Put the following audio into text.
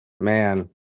man